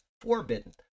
forbidden